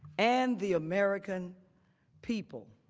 and the american people